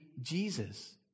Jesus